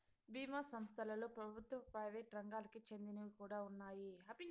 బీమా సంస్థలలో ప్రభుత్వ, ప్రైవేట్ రంగాలకి చెందినవి కూడా ఉన్నాయి